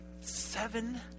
seven